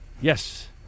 Yes